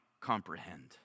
comprehend